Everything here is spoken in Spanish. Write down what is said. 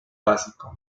básico